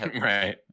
Right